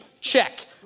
check